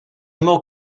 more